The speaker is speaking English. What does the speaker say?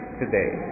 today